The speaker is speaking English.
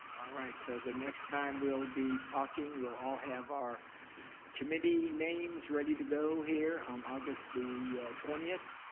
right, so the next time we'll be talking, we'll all have our committee names ready to go here on august the twentieth.